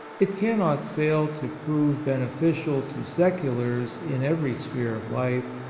it cannot fail to prove beneficial to seculars in every sphere of life,